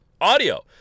audio